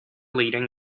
leading